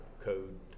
code